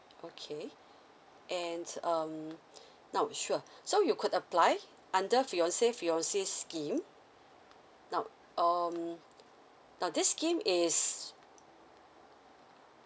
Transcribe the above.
okay and um now sure so you could apply under fiancé fiancée scheme now um now this scheme is